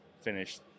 finished